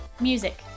music